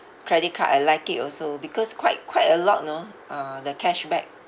credit card I like it also because quite quite a lot you know uh the cashback